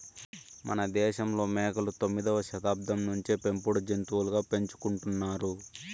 మనదేశంలో మేకలు తొమ్మిదవ శతాబ్దం నుంచే పెంపుడు జంతులుగా పెంచుకుంటున్నారు